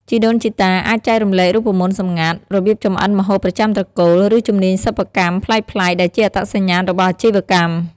ជីដូនជីតា អាចចែករំលែករូបមន្តសម្ងាត់ របៀបចម្អិនម្ហូបប្រចាំត្រកូល ឬជំនាញសិប្បកម្មប្លែកៗ ដែលជាអត្តសញ្ញាណរបស់អាជីវកម្ម។